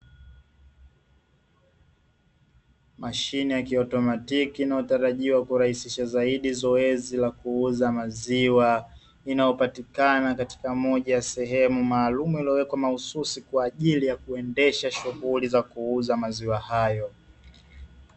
Mashine ya kiautomatiki inayotarajiwa kurahisisha zaidi zoezi la kuuza maziwa, inayopatikana katika moja ya sehemu maalumu, iliyowekwa mahususi kwaajili ya kuendesha shughuli ya kuuza maziwa hayo.